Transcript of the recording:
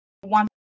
one